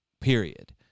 period